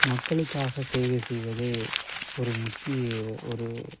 மக்களுக்காக சேவை செய்வதே ஒரு முக்கிய ஒரு